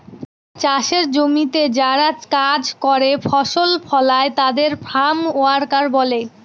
চাষের জমিতে যারা কাজ করে ফসল ফলায় তাদের ফার্ম ওয়ার্কার বলে